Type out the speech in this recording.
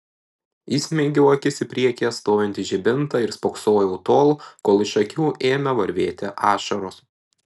įsmeigiau akis į priekyje stovintį žibintą ir spoksojau tol kol iš akių ėmė varvėti ašaros